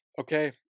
okay